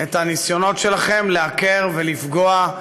את הניסיונות שלכם לעקר ולפגוע,